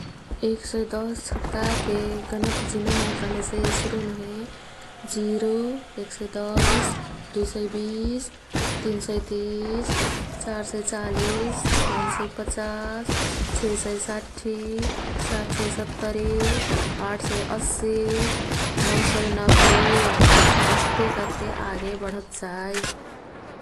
एक सउ दस छट्काके गनत जिना हे कह्लेसे सुरुमेहे जिरो, एक सउ दस, दुई सउ बिस, तिन सउ तिस, चार सउ चालिस, पाँच सउ पच्चास, छे सउ साठी, सात सउ सत्तर, आठ सउ असी, नौं सउ नब्बे अस्ते कर्के आगे बढत् जाई।